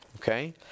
Okay